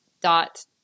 dot